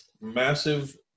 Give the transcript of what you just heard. massive